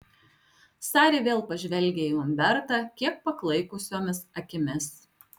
sari vėl pažvelgia į umbertą kiek paklaikusiomis akimis